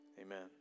Amen